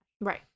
right